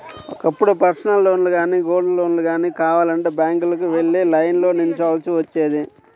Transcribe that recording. ఒకప్పుడు పర్సనల్ లోన్లు గానీ, గోల్డ్ లోన్లు గానీ కావాలంటే బ్యాంకులకు వెళ్లి లైన్లో నిల్చోవాల్సి వచ్చేది